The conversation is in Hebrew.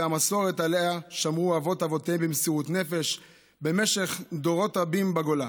ושהמסורת שעליה שמרו אבות אבותיהם במסירות נפש במשך דורות רבים בגולה